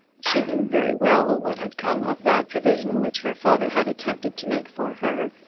she knew very well what had come of that provision which her father had attempted to make for her,